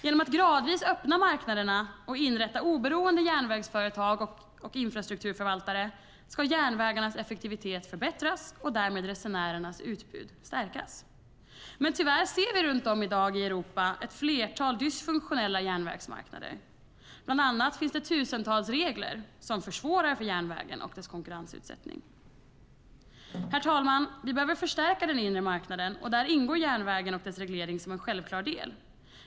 Genom att gradvis öppna marknaderna och inrätta oberoende järnvägsföretag och infrastrukturförvaltare ska järnvägarnas effektivitet förbättras och därmed resenärernas utbud stärkas. Tyvärr ser vi runt om i Europa i dag ett flertal dysfunktionella järnvägsmarknader, bland annat finns det tusentals regler som försvårar för järnvägen och dess konkurrensutsättning. Herr talman! Vi behöver förstärka den inre marknaden, och där ingår järnvägen och dess reglering som en självklar del.